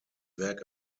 werk